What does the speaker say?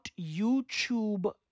YouTube